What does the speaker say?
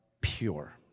pure